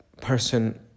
person